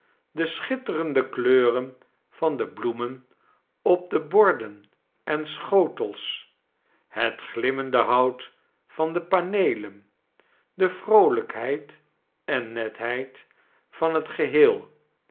de schitterende kleuren van de bloemen op de bordem en schoteis het glimmende hout van de paneelen de vroolrjkhead en netheid van het geheel